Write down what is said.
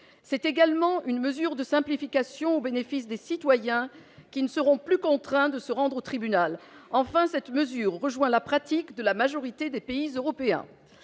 c'est également une mesure de simplification au bénéfice des citoyens qui ne seront plus contraints de se rendre au tribunal, enfin cette mesure rejoint la pratique de la majorité des pays européens,